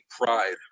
pride